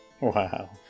Wow